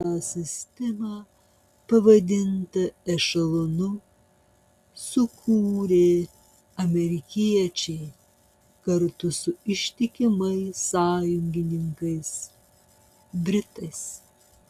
šią sistemą pavadintą ešelonu sukūrė amerikiečiai kartu su ištikimais sąjungininkais britais